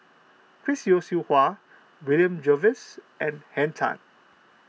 Chris Yeo Siew Hua William Jervois and Henn Tan